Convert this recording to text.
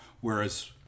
whereas